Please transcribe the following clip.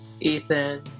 Ethan